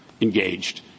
engaged